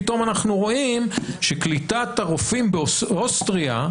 ויכול להיות שפתאום אנחנו רואים שקליטת הרופאים באוסטריה,